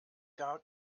gar